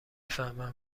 فهمم